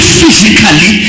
physically